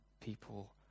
people